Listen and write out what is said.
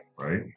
right